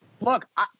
look